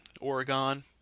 Oregon